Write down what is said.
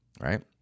Right